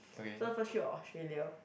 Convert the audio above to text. so first trip was Australia